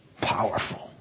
powerful